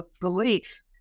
belief